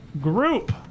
group